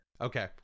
Okay